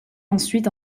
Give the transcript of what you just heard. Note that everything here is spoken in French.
ensuite